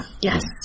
Yes